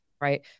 Right